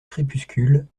crépuscule